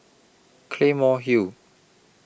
Claymore Hill